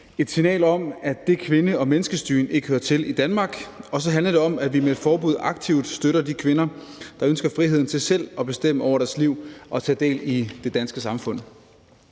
et signal om, at det kvinde- og menneskesyn ikke hører til i Danmark, og så handler det om, at vi med et forbud aktivt støtter de kvinder, der ønsker friheden til selv at bestemme over deres liv og tage del i det danske samfund.